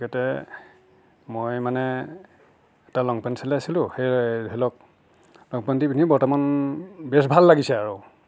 গতিকে মই মানে এটা লং পেণ্ট চিলাইছিলোঁ সেই ধৰি লওক লং পেণ্টটি পিন্ধি বৰ্তমান বেচ ভাল লাগিছে আৰু